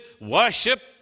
worship